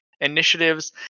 initiatives